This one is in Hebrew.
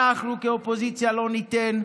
אנחנו כאופוזיציה לא ניתן.